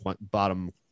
bottom